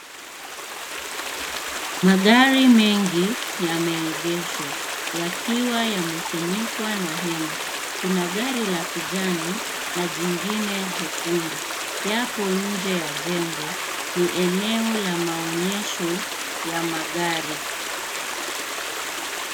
Magari mengi yameegeshwa yakiwa yamefunikwa na hema. Kuna gari la kijani na jingine jekundu yapo nje ya jengo ni eneo la maonyesho ya magari.